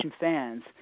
fans